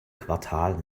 quartal